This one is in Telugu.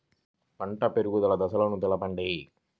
పంట పెరుగుదల దశలను తెలపండి?